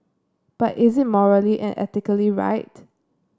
but is it morally and ethically right